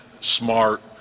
smart